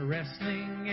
Wrestling